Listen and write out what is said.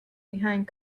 behind